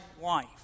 wife